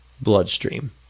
bloodstream